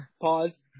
pause